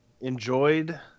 enjoyed